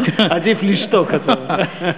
עדיף לשתוק, אתה אומר.